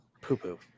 poo-poo